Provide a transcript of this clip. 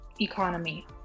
economy